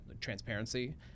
transparency